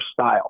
style